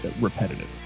repetitive